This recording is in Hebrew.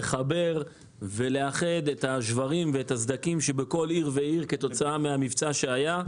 לחבר ולאחד את השברים ואת הסדקים שבכל עיר ועיר כתוצאה מהמבצע שהיה.